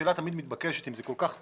השאלה שתמיד מתבקשת היא אם זה כל כך טוב,